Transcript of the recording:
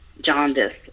jaundice